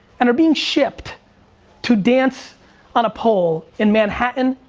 and are being shipped to dance on a poll in manhattan,